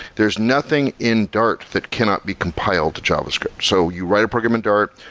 there's nothing in dart that cannot be compiled to javascript. so you write a program in dart,